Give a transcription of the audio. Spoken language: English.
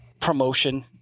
promotion